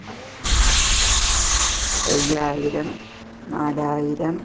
അയ്യായിരം നാലായിരം